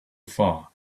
far